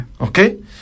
Okay